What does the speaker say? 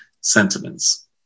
sentiments